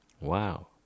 Wow